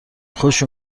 خوش